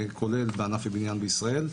כולל בענפי הבניין בישראל.